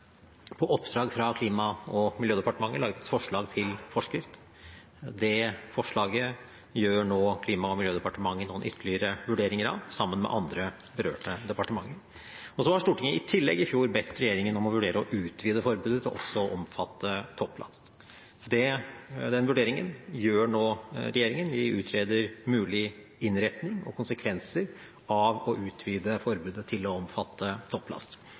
på oppdrag fra Klima- og miljødepartementet laget et forslag til forskrift. Det forslaget gjør nå Klima- og miljødepartementet noen ytterligere vurderinger av sammen med andre berørte departementer. Så har Stortinget i tillegg i fjor bedt regjeringen om å vurdere å utvide forbudet til også å omfatte topplast. Den vurderingen gjør nå regjeringen – vi utreder mulig innretning og konsekvenser av å utvide forbudet til å omfatte topplast.